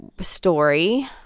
story